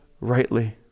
rightly